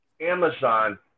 Amazon